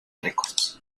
records